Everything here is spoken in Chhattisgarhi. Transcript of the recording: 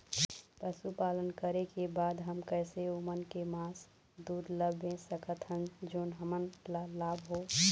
पशुपालन करें के बाद हम कैसे ओमन के मास, दूध ला बेच सकत हन जोन हमन ला लाभ हो?